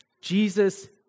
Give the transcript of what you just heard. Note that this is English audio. Jesus